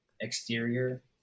exterior